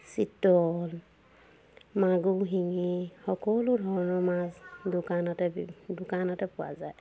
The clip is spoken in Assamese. চিতল মাগুৰ শিঙি সকলো ধৰণৰ মাছ দোকানতে বি দোকানতে পোৱা যায়